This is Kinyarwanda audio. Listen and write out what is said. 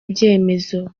ibyemezo